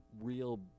real